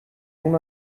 اون